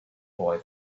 boy